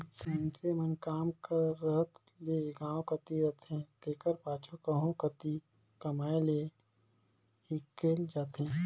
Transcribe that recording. मइनसे मन काम कर रहत ले गाँव कती रहथें तेकर पाछू कहों कती कमाए लें हिंकेल जाथें